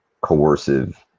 coercive